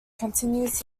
continues